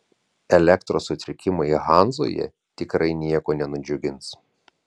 elektros sutrikimai hanzoje tikrai nieko nenudžiugins